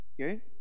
Okay